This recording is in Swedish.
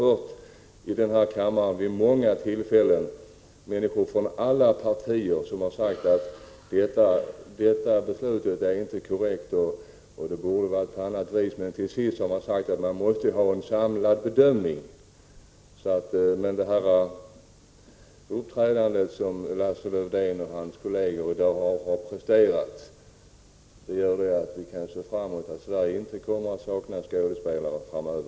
Vi har här i kammaren vid olika tillfällen hört ledamöter från snart sagt alla partier säga att de har en annan mening än det egna partiet men att de till sist har böjt sig för att partiet måste göra en samlad bedömning. Med tanke på Lars-Erik Lövdéns och hans kollegers uppträdande här i dag kan vi se fram emot att Sverige inte heller framöver kommer att sakna skådespelare.